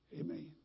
Amen